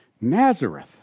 Nazareth